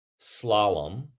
Slalom